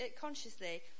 consciously